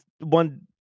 one